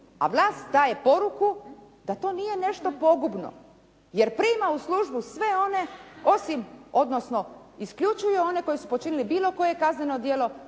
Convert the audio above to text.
a vlast daje poruku da to nije nešto pogubno jer prima u službu sve one, osim, odnosno isključuje one koji su počinili bilo koje kazneno djelo,